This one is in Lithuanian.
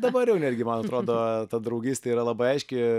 dabar jau netgi man atrodo ta draugystė yra labai aiški